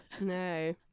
no